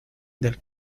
del